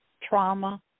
trauma